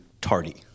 tardy